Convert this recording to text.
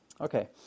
Okay